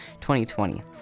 2020